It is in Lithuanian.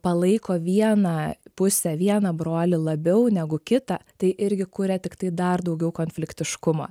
palaiko vieną pusę vieną brolį labiau negu kitą tai irgi kuria tiktai dar daugiau konfliktiškumo